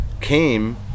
came